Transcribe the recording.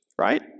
right